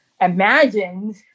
imagined